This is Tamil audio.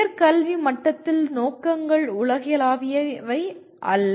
உயர் கல்வி மட்டத்தில் நோக்கங்கள் உலகளாவியவை அல்ல